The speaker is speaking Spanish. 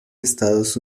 estados